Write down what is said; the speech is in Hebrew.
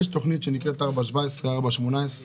יש תוכנית שנקראת 4.17, 4.18 ו-4.19,